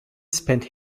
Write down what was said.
spent